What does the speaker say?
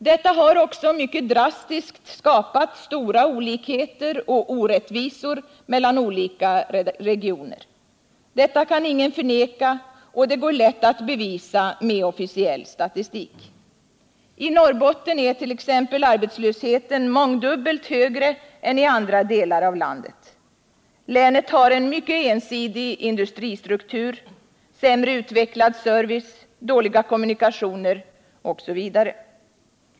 Det har också på ett mycket drastiskt sätt skapat stora olikheter och orättvisor mellan skilda regioner. Ingen kan förneka detta, och det går också lätt att bevisa med officiell statistik. I Norrbotten är t.ex. arbetslösheten mångdubbelt större än i andra delar av landet. Länet har en mycket ensidig industristruktur, sämre utvecklad service, dåliga kommunikationer m.m.